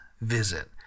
visit